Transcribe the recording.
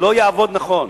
לא יעבוד נכון.